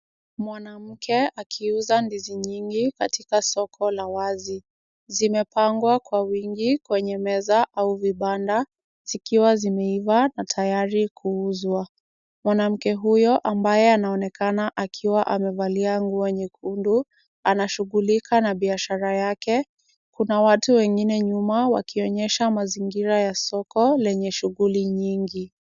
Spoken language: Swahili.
Mwanamke akiuza ndizi nyingi katika soko la wazi. Zimepangwa kwa wingi kwenye meza au vibanda, zikiwa zimeiva na tayari kuuzwa. Mwanamke huyo, ambaye anaonekana akiwa amevalia nguo nyekundu, anashughulika na biashara yake. Kuna watu wengine nyuma, wakionyesha mazingira ya soko lenye shughuli nyingi.